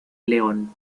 león